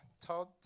Todd